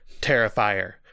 Terrifier